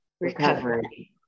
recovery